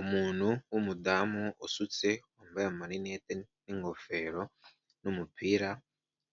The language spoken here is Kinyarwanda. Umuntu w'umudamu usutse wambaye amarinnete n'ingofero n'umupira,